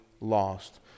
lost